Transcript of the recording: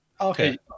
okay